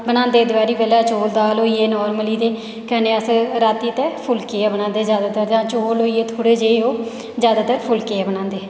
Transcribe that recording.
बनांदे दपैह्रीं बेल्लै चौल दाल होई गे कन्नै अस रातीं आस्तै फुल्के गै बनांदे जादैतर जां चौल होई गे थोह्ड़े जेह् ओह् जादैतर फुल्के बनांदे